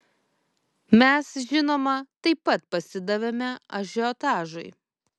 mes žinoma taip pat pasidavėme ažiotažui